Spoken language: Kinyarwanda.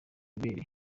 ibere